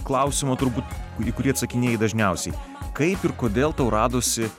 klausimo turbūt į kurį atsakinėji dažniausiai kaip ir kodėl tau radosi